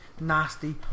nasty